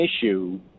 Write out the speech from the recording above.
issue